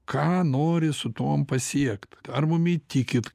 ką nori su tuom pasiekt ar mum įtikyt